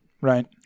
Right